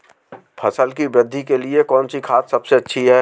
फसल की वृद्धि के लिए कौनसी खाद सबसे अच्छी है?